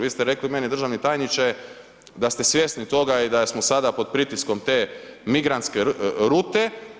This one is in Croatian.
Vi ste rekli meni državni tajniče da ste svjesni toga i da smo sada pod pritiskom te migrantske rute.